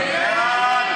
נגד?